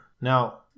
Now